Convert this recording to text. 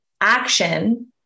Action